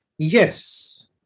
Yes